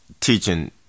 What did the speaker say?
teaching